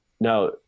now